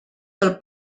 del